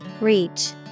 Reach